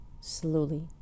slowly